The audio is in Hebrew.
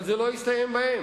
אבל זה לא יסתיים בהן.